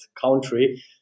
country